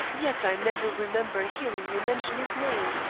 yet i never remember hearing you mention his name.